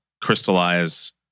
crystallize